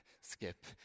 skip